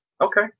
Okay